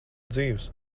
dzīvs